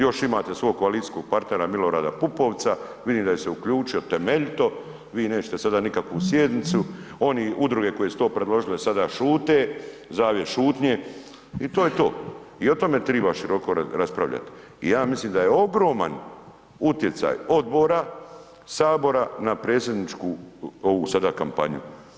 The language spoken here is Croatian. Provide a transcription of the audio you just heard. Još imate svog koalicijskog partnera Milorada Pupovca, vidim da je se uključio temeljito, vi nećete sada nikakvu sjednicu, oni, udruge koje su to predložile sada šute, zavjet šutnje i to je to i o tome treba široko raspravljati i ja mislim da je ogroman utjecaj odbora Sabora na predsjedničku ovu sada kampanju.